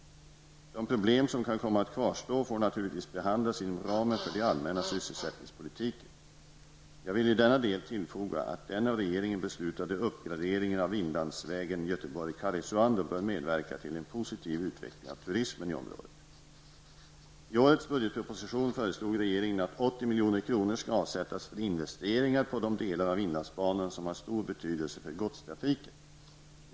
De problem som kan komma att kvarstå får naturligtvis behandlas inom ramen för den allmänna sysselsättningspolitiken. Jag vill i denna del tillfoga att den av regeringen beslutade uppgraderingen av inlandsvägen Göteborg--Karesuando bör medverka till en positiv utveckling av turismen i området. milj.kr. skall avsättas för investeringar på de delar av inlandsbanan som har stor betydelse för godstrafiken.